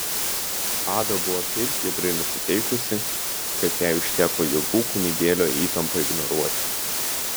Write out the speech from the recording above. ada buvo taip giedrai nusiteikusi kad jai užteko jėgų kunigėlio įtampą ignoruoti